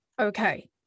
okay